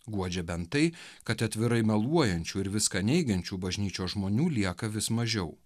guodžia bent tai kad atvirai meluojančių ir viską neigiančių bažnyčios žmonių lieka vis mažiau